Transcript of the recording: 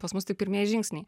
pas mus tik pirmieji žingsniai